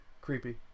Creepy